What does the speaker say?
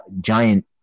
giant